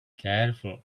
careful